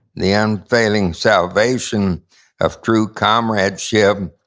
the unfailing salvation of true comradeship,